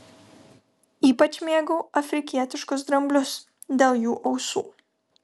ypač mėgau afrikietiškus dramblius dėl jų ausų